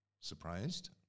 Surprised